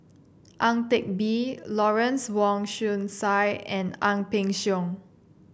Ang Teck Bee Lawrence Wong Shyun Tsai and Ang Peng Siong